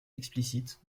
explicite